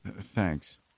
Thanks